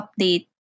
update